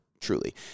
truly